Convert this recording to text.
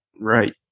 Right